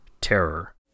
terror